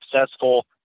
successful